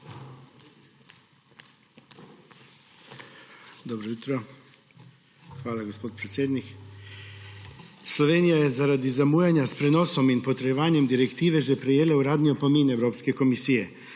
Dobro jutro. Hvala, gospod predsednik! Slovenija je zaradi zamujanja s prenosom in potrjevanjem direktive že prejela uradni opomin Evropske komisije.